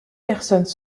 personnes